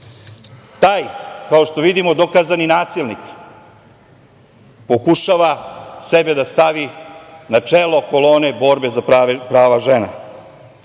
taj kao što vidimo, dokazani nasilnik, pokušava sebe da stavi na čelo kolone borbe za prava žena.